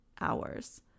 hours